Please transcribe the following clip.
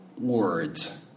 words